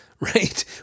Right